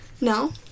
No